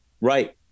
right